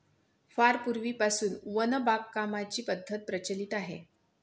फार पूर्वीपासून वन बागकामाची पद्धत प्रचलित आहे